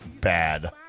bad